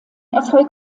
erfolg